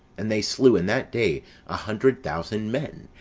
and they slew in that day a hundred thousand men,